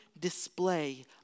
display